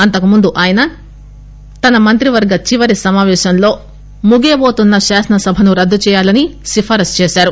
అంతకుముందు ఆయన తన మంత్రివర్గ చివరి సమాపేశంలో ముగియటోతున్న శాసనసభను రద్దుచేయాలని సిఫారస్పు చేశారు